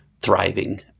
thriving